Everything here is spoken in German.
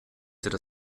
hätte